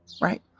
Right